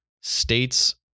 states